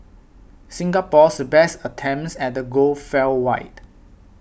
Singapore's best attempts at the goal fell wide